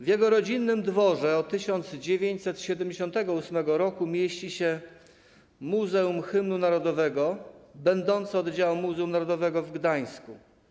W jego rodzinnym dworze od 1978 r. mieści się Muzeum Hymnu Narodowego, będące oddziałem Muzeum Narodowego w Gdańsku.